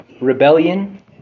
rebellion